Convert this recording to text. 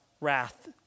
wrath